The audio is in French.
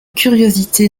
curiosité